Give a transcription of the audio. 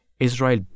Israel